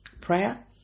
Prayer